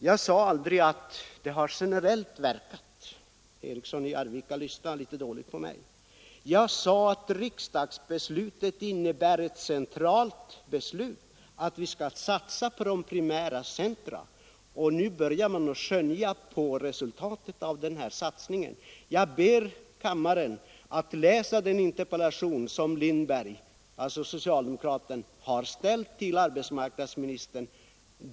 Jag sade aldrig att beslutet har verkat generellt — herr Eriksson i Arvika lyssnade litet dåligt på mig. Jag sade att riksdagsbeslutet innebär ett centralt beslut om att vi skall satsa på de primära centra, och att man nu börjar skönja resultaten av den satsningen. Jag ber kammarens ledamöter att läsa den interpellation som den socialdemokratiske ledamoten herr Lindberg har framställt till arbetsmarknadsministern.